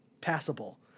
passable